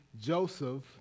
Joseph